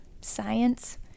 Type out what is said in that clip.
science